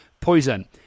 poison